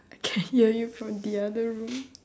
I can hear you from the other room